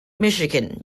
michigan